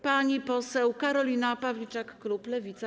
Pani poseł Karolina Pawliczak, klub Lewica.